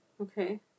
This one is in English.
Okay